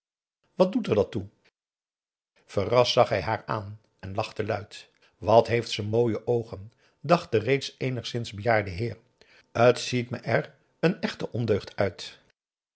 wat doet er dat toe verrast zag hij haar aan en lachte luid wat heeft ze mooie oogen dacht de reeds eenigszins bejaarde heer t ziet me er een echte ondeugd uit